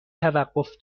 توقف